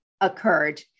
occurred